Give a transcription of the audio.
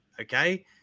Okay